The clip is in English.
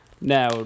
Now